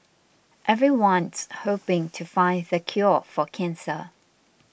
everyone's hoping to find the cure for cancer